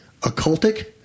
occultic